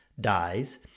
dies